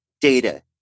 Data